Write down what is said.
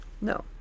No